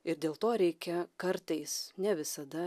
ir dėl to reikia kartais ne visada